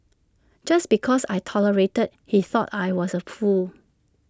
just because I tolerated he thought I was A fool